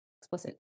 explicit